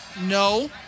no